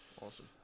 awesome